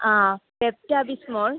ആ പെപ്റ്റാ ബിസ്മോൾ